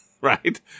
right